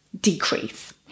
decrease